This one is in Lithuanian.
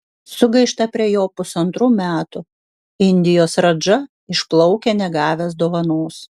sugaišta prie jo pusantrų metų indijos radža išplaukia negavęs dovanos